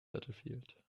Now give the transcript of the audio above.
battlefield